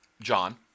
John